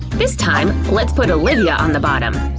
this time, let's put olivia on the bottom!